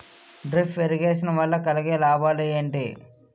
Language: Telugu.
డ్రిప్ ఇరిగేషన్ వల్ల కలిగే లాభాలు ఏంటి?